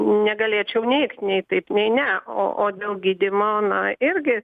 negalėčiau neigt nei taip nei ne o o dėl gydymo na irgi